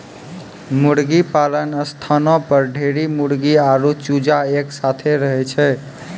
मुर्गीपालन के स्थानो पर ढेरी मुर्गी आरु चूजा एक साथै रहै छै